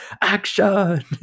action